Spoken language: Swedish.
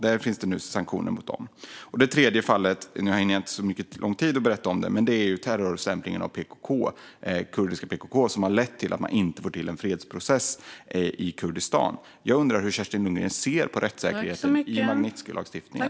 Det tredje fallet, som jag inte har så lång tid på mig att berätta om, är terrorstämplingen av kurdiska PKK, vilket har lett till att man inte får till en fredsprocess i Kurdistan. Jag undrar därför hur Kerstin Lundgren ser på rättssäkerheten i Magnitskijlagstiftningen.